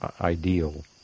ideal